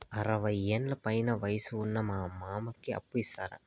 అరవయ్యేండ్ల పైన వయసు ఉన్న మా మామకి అప్పు ఇస్తారా